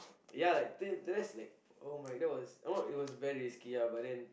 ya like that that was like oh my that was some more it was very risky ah but then